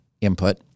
input